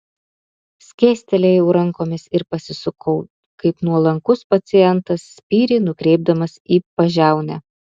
skėstelėjau rankomis ir pasisukau kaip nuolankus pacientas spyrį nukreipdamas į pažiaunę